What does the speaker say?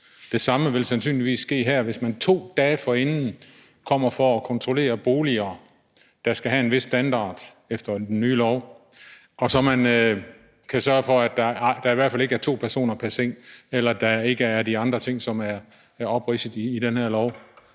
Det samme vil sandsynligvis ske i det her tilfælde, hvis man 2 dage forinden varsler, at man kommer for at kontrollere boliger, der skal have en vis standard efter den nye lov; så sørger man for, at der i hvert fald ikke er to personer pr. seng eller de andre ting, som er opridset i den her lov.